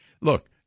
Look